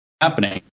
happening